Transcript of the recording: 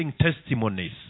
testimonies